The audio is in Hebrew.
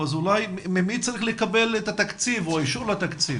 ממי צריך לקבל את התקציב או אישור התקציב?